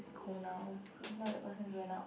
cold now now that person went out